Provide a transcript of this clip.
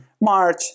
March